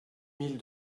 mille